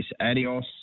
Adios